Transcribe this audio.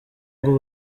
ngo